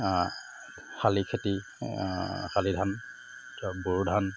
শালি খেতি শালি ধান ধৰক বড়ো ধান